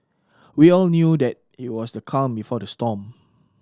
we all knew that it was the calm before the storm